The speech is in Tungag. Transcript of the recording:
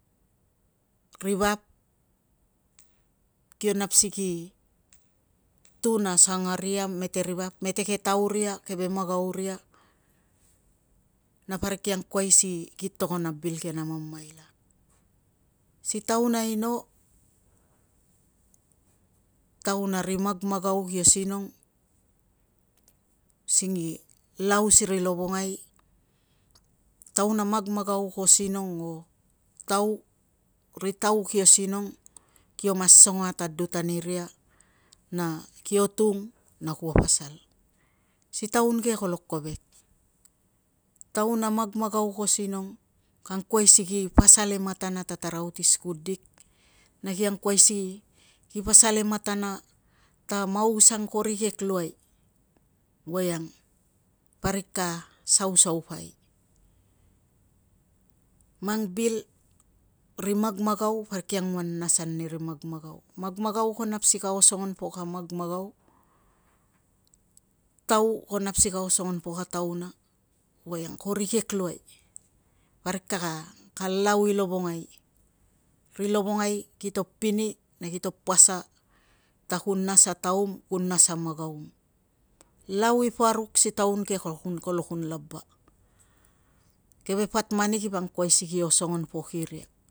Ri vap kio nap si ki tun a sangaria mete ri vap, mete ke tauria, keve magauria na parik ki angkuai si ki togon a bil ke na mamaila. Si taun aino, taun a ri magmagau kio sinong si lau siri lovongai, taun a magmagau ko sinong o tau ko sinong, kio mas songo atadut aniria na kio tuna na kuo pasal. Si taun ke kolo kovek, taun a magmagau ko sinong kangkuai si ki pasal e matana ta maus ang ko rikei luai voiang parik ka sausaupai. Mang bil ri magmagau parik ki anguan nasan ani ri magmagau. Magmagau ko nap si ka osongon pok a magmagau tau ko nap si ka osongon pok a tauna voiang ko rikek luai parik ka lau i lovongai, ri lovongai kito pini na kito pasa ta ku nas a taum, ku nas a magaum. Lau i paruk si taun ke kolo kun laba. Keve patmani kipangkuai si ki osongon pok iria